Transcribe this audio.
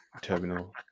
terminal